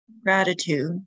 gratitude